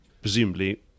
Presumably